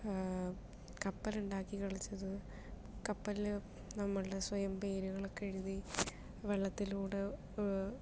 കപ്പലുണ്ടാക്കി കളിച്ചത് കപ്പലില് നമ്മളുടെ സ്വയം പേരുകളൊക്കെ എഴുതി വെള്ളത്തിലൂടെ